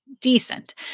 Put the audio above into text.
Decent